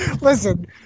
Listen